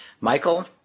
Michael